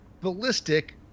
Ballistic